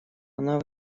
она